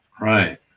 right